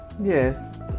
Yes